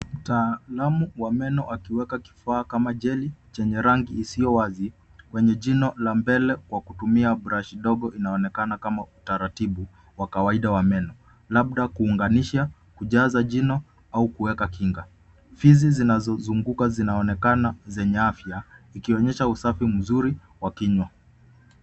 Mtaalamu wa meno akiweka kifaa kama gel chenye rangi isiyo wazi kwenye jino la mbele kwa kutumia brush ndogo. Inaonekana kama utaratibu wa meno, labda kuunganisha, kujaza jino au kuweka kinga. Fizi zinazonguka zinaonekana zenye afya ikionyesha usafi mzuri wa kinywa.